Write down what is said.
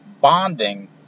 bonding